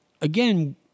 again